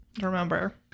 remember